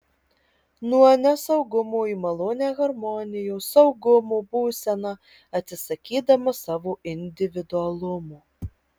nuo nesaugumo į malonią harmonijos saugumo būseną atsisakydamas savo individualumo